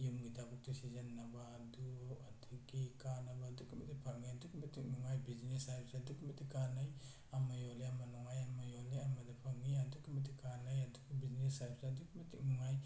ꯌꯨꯝꯒꯤ ꯊꯕꯛꯇ ꯁꯤꯖꯟꯅꯕ ꯑꯗꯨ ꯑꯗꯒꯤ ꯀꯥꯟꯅꯕ ꯑꯗꯨꯛꯀꯤ ꯃꯇꯤꯛ ꯐꯪꯉꯪ ꯑꯗꯨꯛꯀꯤ ꯃꯇꯤꯛ ꯅꯨꯡꯉꯥꯏ ꯕꯤꯖꯤꯅꯦꯁ ꯍꯥꯏꯕꯁꯦ ꯑꯗꯨꯛꯀꯤ ꯃꯇꯤꯛ ꯀꯥꯟꯅꯩ ꯑꯃ ꯌꯣꯜꯂꯦ ꯑꯃ ꯅꯨꯡꯉꯥꯏ ꯑꯃ ꯌꯣꯜꯂꯦ ꯑꯃꯗ ꯐꯪꯉꯤ ꯑꯗꯨꯛꯀꯤ ꯃꯇꯤꯛ ꯀꯥꯟꯅꯩ ꯑꯗꯨꯕꯨ ꯕꯤꯖꯤꯅꯦꯁ ꯍꯥꯏꯕꯁꯦ ꯑꯗꯨꯛꯀꯤ ꯃꯇꯤꯛ ꯅꯨꯡꯉꯥꯏ